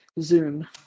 zoom